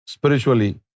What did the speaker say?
spiritually